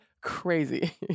crazy